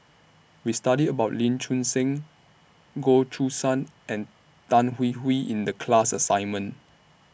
We studied about Lee Choon Seng Goh Choo San and Tan Hwee Hwee in The class assignment